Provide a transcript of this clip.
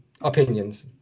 opinions